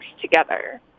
together